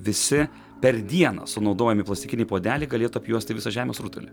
visi per dieną sunaudojami plastikiniai puodeliai galėtų apjuosti visą žemės rutulį